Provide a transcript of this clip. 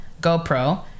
GoPro